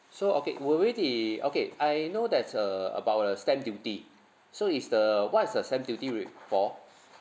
so okay will it be okay I know there's a about the stamp duty so is the what's the stamp duty re~ for